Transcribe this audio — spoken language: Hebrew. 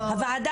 לא,